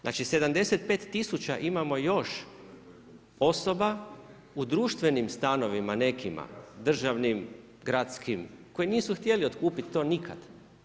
Znači 75 000 imamo još osoba u društvenim stanovima nekima, državnim, gradskim koji nisu htjeli otkupiti to nikad.